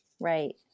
Right